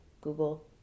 Google